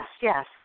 Yes